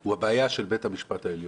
הוא הבעיה של בית המשפט העליון.